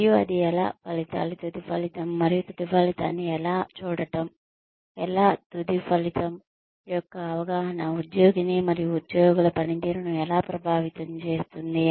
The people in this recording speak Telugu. మరియు అది ఎలా ఫలితాలు తుది ఫలితం మరియు తుది ఫలితాన్ని ఎలా చూడటం లేదా తుది ఫలితం యొక్క అవగాహన ఉద్యోగిని మరియు ఉద్యోగుల పనితీరును ఎలా ప్రభావితం చేసింది